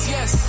Yes